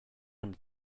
him